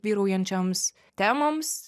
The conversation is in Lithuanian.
vyraujančioms temoms